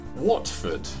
Watford